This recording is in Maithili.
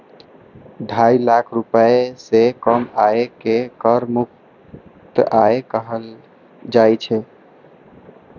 ढाई लाख रुपैया सं कम आय कें कर मुक्त आय कहल जाइ छै